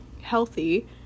healthy